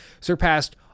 surpassed